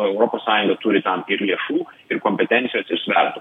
o europos sąjunga turi tam ir lėšų ir kompetencijos ir svertų